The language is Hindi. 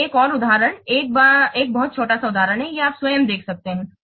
तो एक और उदाहरण एक बहुत छोटा उदाहरण है यह आप स्वयं देख सकते हैं